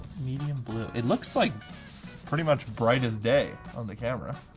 medium blue. it looks like pretty much bright as day on the camera.